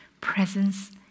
presence